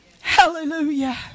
hallelujah